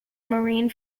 marine